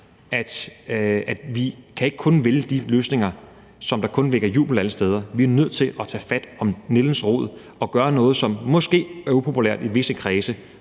at vi ikke kun kan vælge de løsninger, som der kun vækker jubel alle steder, vi er nødt til at tage fat om nældens rod og gøre noget, som måske er upopulært i visse kredse,